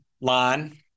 line